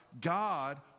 God